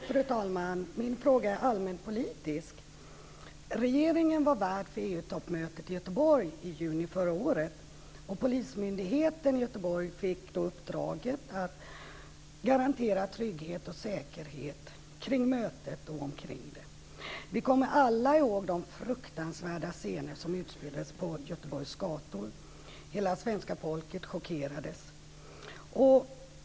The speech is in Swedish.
Fru talman! Min fråga är allmänpolitisk. Regeringen var värd för EU-toppmötet i Göteborg i juni förra året. Polismyndigheten i Göteborg fick då uppdraget att garantera trygghet och säkerhet vid och omkring mötet. Vi kommer alla ihåg de fruktansvärda scener som utspelades på Göteborgs gator. Hela svenska folket chockerades.